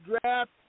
draft